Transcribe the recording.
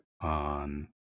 on